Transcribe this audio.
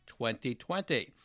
2020